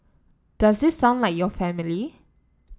does this sound like your family